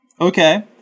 Okay